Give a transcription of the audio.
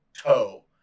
toe